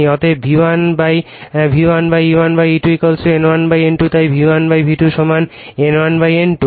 অতএব V1 V1 E1 E2 N1 N2 তাই V1 V2 সমান N1 N2